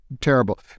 terrible